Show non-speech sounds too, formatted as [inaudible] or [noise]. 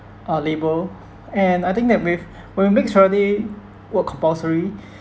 uh labour and I think that with [breath] when we make the charity work compulsory [breath]